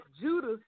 Judas